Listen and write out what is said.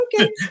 okay